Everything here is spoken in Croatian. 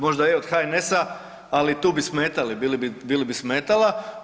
Možda je od HNS-a, ali tu bi smetali, bili bi smetala.